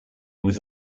was